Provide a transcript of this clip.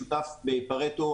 שותף בפארטו,